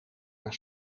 naar